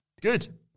Good